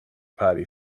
party